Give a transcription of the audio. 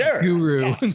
guru